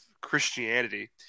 Christianity